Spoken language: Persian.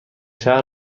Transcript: شهر